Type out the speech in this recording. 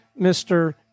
Mr